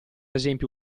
esempio